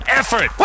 effort